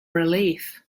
relief